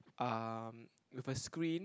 um with a screen